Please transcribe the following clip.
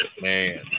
Man